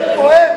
אלה,